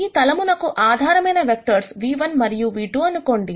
ఈ తలమునకు ఆధారమైన వెక్టర్స్ v1 మరియు v2 అనుకోండి